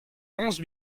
onze